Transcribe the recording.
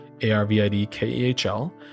A-R-V-I-D-K-E-H-L